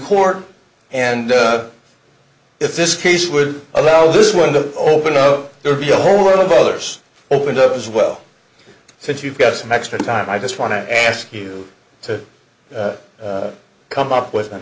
court and if this case would allow this one to open up there be a whole lot of others opened up as well so if you've got some extra time i just want to ask you to come up with an